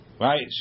Right